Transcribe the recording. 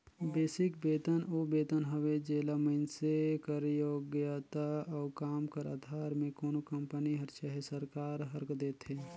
basic बेतन ओ बेतन हवे जेला मइनसे कर योग्यता अउ काम कर अधार में कोनो कंपनी हर चहे सरकार हर देथे